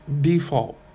default